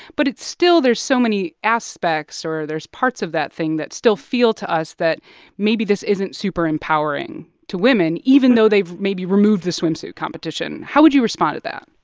but it's still there's so many aspects or there's parts of that thing that still feel to us that maybe this isn't super empowering to women even though they've maybe removed the swimsuit competition. how would you respond to that?